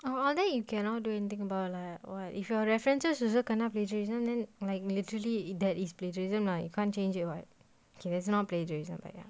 oh oh then you cannot do anything about like what if you are references also kena plagiarism then like literally that is plagiarism lah you can't change it what okay that's not plagiarism but ya